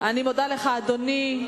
אני מודה לך, אדוני.